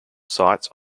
sites